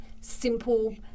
simple